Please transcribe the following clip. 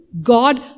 God